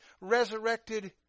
resurrected